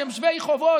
שהם שווי חובות,